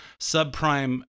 subprime